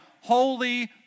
Holy